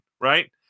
right